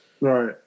Right